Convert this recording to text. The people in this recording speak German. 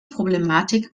problematik